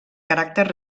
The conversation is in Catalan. caràcter